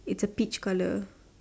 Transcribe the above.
it's a peach colour